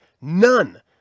none